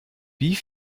wie